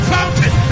Fountain